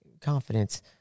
confidence